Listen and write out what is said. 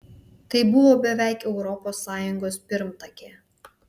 tai buvo beveik europos sąjungos pirmtakė